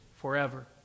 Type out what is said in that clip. forever